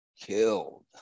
killed